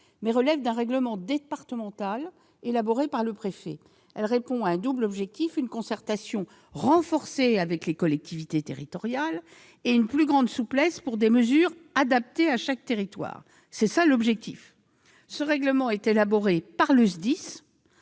mais relève d'un règlement départemental élaboré par le préfet. L'objectif est double : une concertation renforcée avec les collectivités territoriales et une plus grande souplesse pour des mesures adaptées à chaque territoire. Ce règlement est élaboré par le